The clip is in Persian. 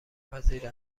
پذیر